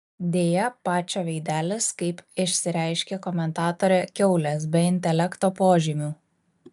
deja pačio veidelis kaip išsireiškė komentatorė kiaulės be intelekto požymių